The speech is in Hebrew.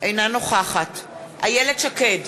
אינה נוכחת איילת שקד,